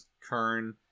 Kern